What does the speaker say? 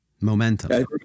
Momentum